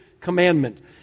commandment